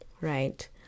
right